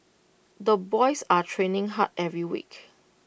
the boys are training hard every week